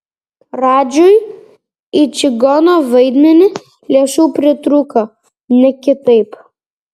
radžiui į čigono vaidmenį lėšų pritrūko ne kitaip